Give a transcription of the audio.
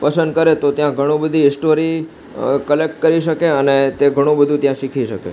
પસંદ કરે તો ત્યાં ઘણું બધી હિસ્ટોરી ક્લેક્ટ કરી શકે અને તે ઘણું બધુ ત્યાં શીખી શકે